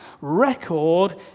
record